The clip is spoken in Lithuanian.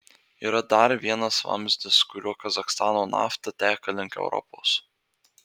yra dar vienas vamzdis kuriuo kazachstano nafta teka link europos